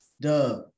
Duh